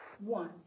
one